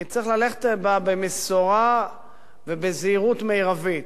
צריך ללכת בה במשורה ובזהירות מרבית.